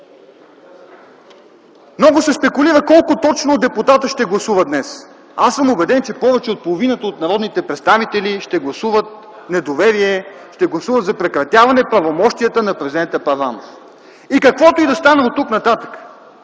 Много се спекулира колко точно депутати ще гласуват днес. Аз съм убеден, че повече от половината от народните представители ще гласуват недоверие, ще гласуват за прекратяване пълномощията на президента Първанов. Каквото и да стане оттук нататък,